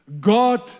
God